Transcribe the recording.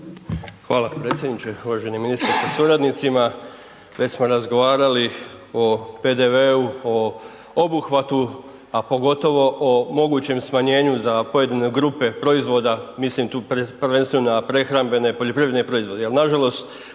Hvala predsjedniče. Uvaženi ministre sa suradnicima. Već smo razgovarali o PDV-u o obuhvatu, a pogotovo o mogućem smanjenju za pojedine grupe proizvoda, mislim tu prvenstveno na prehrambene poljoprivredne proizvode. Jel nažalost